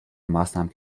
maßnahmen